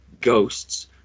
ghosts